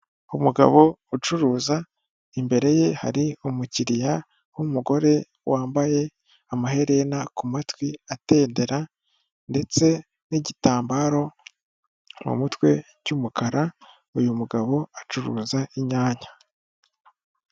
Umugabo ucuruza, imbere ye hari umukiriya w'umugore wambaye amaherena ku matwi atendera ndetse n'igitambaro mu mutwe cy'umukara, uyu mugabo acuruza inyanya.